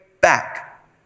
back